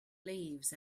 leaves